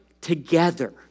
together